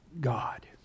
God